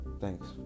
Thanks